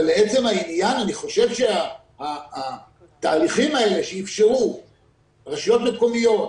אבל לעצם העניין אני חושב שהתהליכים האלה שאפשרו רשויות מקומיות,